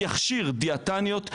יכשיר דיאטניות,